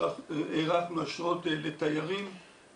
הארכנו אשרות לתיירים,